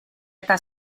eta